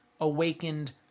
awakened